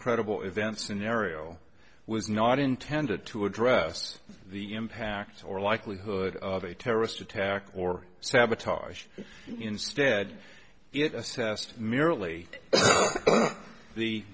incredible event scenario was not intended to address the impact or likelihood of a terrorist attack or sabotage instead it assessed merely the